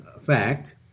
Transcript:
fact